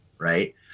Right